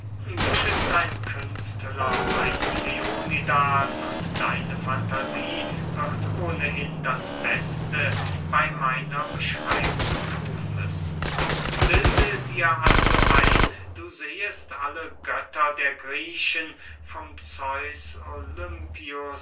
du bist ein künstler mein kleonidas und deine fantasie wird ohnehin das beste bey meiner beschreibung thun müssen bilde dir also ein du sehest alle götter der griechen vom zeus olympius